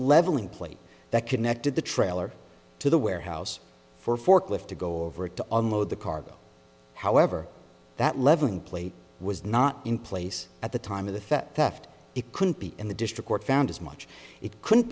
leveling plate that connected the trailer to the warehouse for forklift to go over to unload the cargo however that levon plate was not in place at the time of the theft it couldn't be in the district court found as much it couldn't